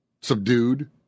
subdued